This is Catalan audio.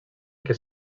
que